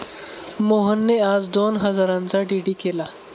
मोहनने आज दोन हजारांचा डी.डी केला